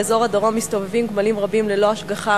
באזור הדרום מסתובבים גמלים רבים ללא השגחה,